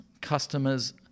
customers